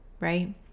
right